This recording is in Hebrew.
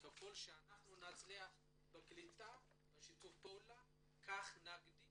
ככל שאנחנו נצליח בשיתוף הפעולה כך נגדיל